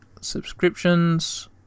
subscriptions